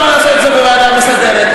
למה נעשה את זה בוועדה מסדרת?